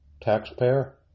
taxpayer